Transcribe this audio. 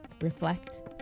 reflect